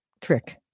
trick